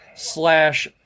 Slash